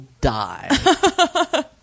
die